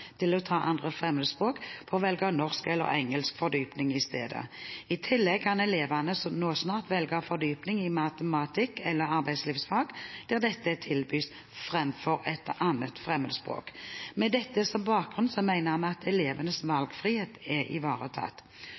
til å ta 2. fremmedspråk, får velge norsk eller engelsk fordypning i stedet. I tillegg kan elevene nå snart velge fordypning i matematikk eller arbeidslivsfag der dette tilbys, framfor et 2. fremmedspråk. Med dette som bakgrunn mener vi at elevenes valgfrihet er ivaretatt.